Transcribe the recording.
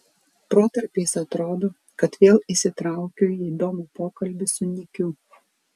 protarpiais atrodo kad vėl įsitraukiu į įdomų pokalbį su nikiu